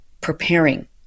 preparing